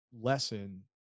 lesson